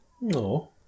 No